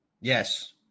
yes